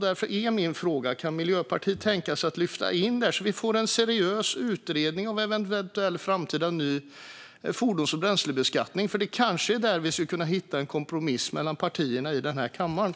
Därför är min fråga: Kan Miljöpartiet tänka sig att lyfta in det här i en seriös utredning om en eventuell framtida ny fordons och bränslebeskattning? Det kanske är där vi skulle kunna hitta en kompromiss mellan partierna i den här kammaren.